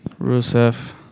Rusev